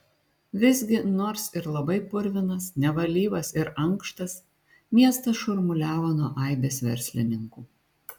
visgi nors ir labai purvinas nevalyvas ir ankštas miestas šurmuliavo nuo aibės verslininkų